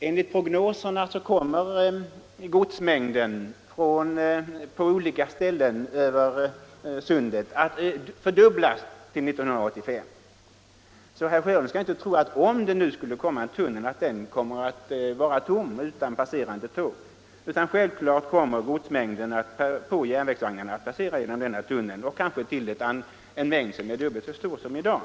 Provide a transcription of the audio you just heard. Enligt prognoserna kommer godsmängden på olika ställen över Sundet att fördubblas till 1985. Herr Sjöholm skall inte tro att — om det blir en tunnel — den kommer att bli tom och utan passerande tåg. Självklart kommer godsmängden på järnvägsvagnarna att passera genom tunneln, kanske en mängd som är dubbelt så stor som den är i dag.